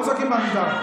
לא צועקים בעמידה.